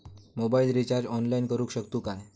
Mobile recharge online करुक शकतू काय?